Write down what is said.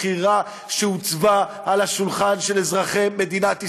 בחירה שהוצבה על השולחן של אזרחי מדינת ישראל,